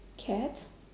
cat